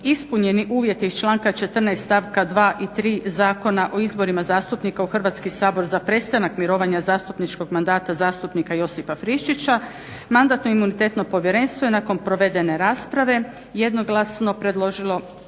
ispunjeni uvjeti iz članka 14. stavka 2. i 3. Zakona o izborima zastupnika u Hrvatski sabor za prestanak mirovanja zastupničkog mandata zastupnika Josipa Friščića Mandatno-imunitetno povjerenstvo je nakon provedene rasprave jednoglasno predložilo